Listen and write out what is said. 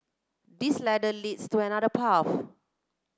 this ladder leads to another path